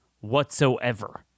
whatsoever